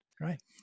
right